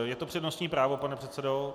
Je to přednostní právo, pane předsedo?